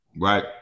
Right